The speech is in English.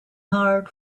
heard